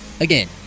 Again